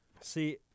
See –